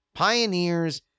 pioneers